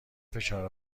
فشار